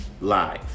live